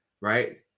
right